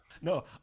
No